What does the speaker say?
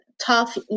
tough